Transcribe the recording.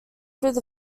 through